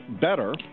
better